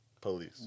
police